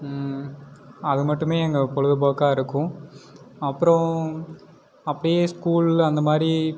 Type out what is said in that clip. அது மட்டுமே எங்க பொழுதுபோக்காக இருக்கும் அப்புறோம் அப்படியே ஸ்கூல் அந்த மாரி